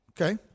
Okay